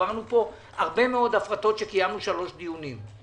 העברנו פה הרבה מאוד הפרטות שקיימנו שלושה דיונים,